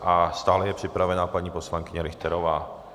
A stále je připravena paní poslankyně Richterová.